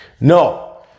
No